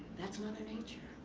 that's mother nature.